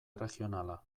erregionala